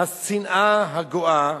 השנאה הגואה.